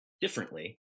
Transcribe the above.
differently